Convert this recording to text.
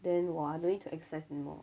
then !wah! don't need to exercise anymore